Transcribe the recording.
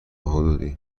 حدودی